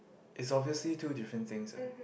it's obviously two different things ah